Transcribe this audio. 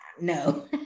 No